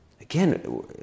Again